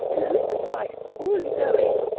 to whose advice all is owing.